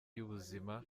y’ubuzima